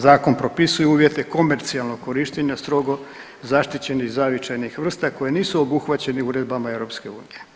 Zakon propisuje uvjete komercijalnog korištenja strogo zaštićenih zavičajnih vrsta koje nisu obuhvaćeni uredbama EU.